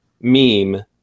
meme